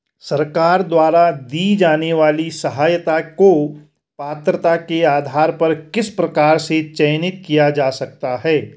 सरकार द्वारा दी जाने वाली सहायता को पात्रता के आधार पर किस प्रकार से चयनित किया जा सकता है?